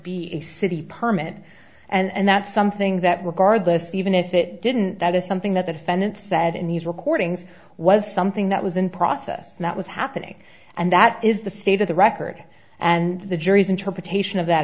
be a city permit and that's something that we're guard this even if it didn't that is something that the defendant said in these recordings was something that was in process that was happening and that is the state of the record and the jury's interpretation of that